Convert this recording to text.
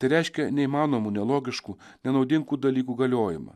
tai reiškia neįmanomų nelogiškų nenaudingų dalykų galiojimą